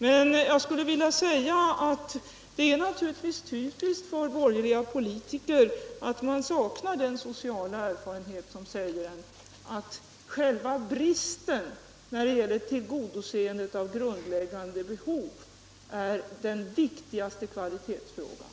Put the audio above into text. Men det är naturligtvis typiskt för borgerliga politiker att man saknar den sociala erfarenhet som säger att själva bristen när det gäller tillgodoseendet av grundläggande behov är den viktigaste kvalitetsfrågan.